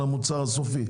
על המוצר הסופי,